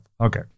Okay